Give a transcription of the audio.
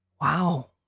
Wow